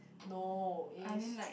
no is